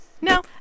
No